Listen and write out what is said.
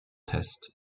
test